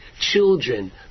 children